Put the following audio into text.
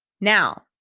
now,